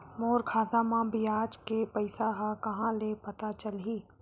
मोर खाता म ब्याज के पईसा ह कहां ले पता चलही?